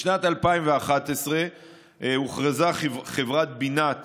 בשנת 2011 הוכרזה חברת בינת